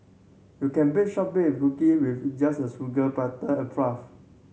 you can bake shortbread cookie with just with sugar butter and